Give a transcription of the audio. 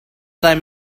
time